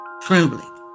Trembling